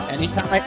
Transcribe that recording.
Anytime